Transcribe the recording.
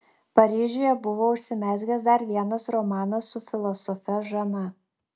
paryžiuje buvo užsimezgęs dar vienas romanas su filosofe žana